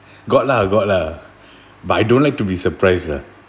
got lah got lah but I don't like to be surprised lah